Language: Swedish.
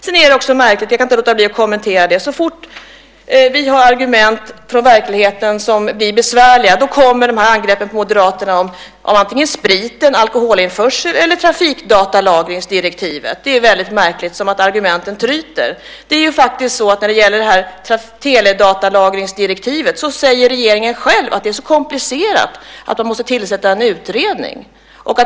Jag kan inte låta bli att kommentera något märkligt. Så fort vi har argument från verkligheten som blir besvärliga kommer angreppen på Moderaterna. Det handlar om antingen spriten, alkoholinförsel eller trafikdatalagringsdirektivet. Det är väldigt märkligt. Det är som att argumenten tryter. När det gäller teledatalagringsdirektivet säger regeringen själv att det är så komplicerat att man måste tillsätta en utredning.